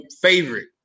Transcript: favorite